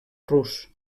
rus